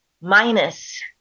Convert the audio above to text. minus